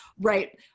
right